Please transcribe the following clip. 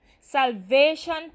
Salvation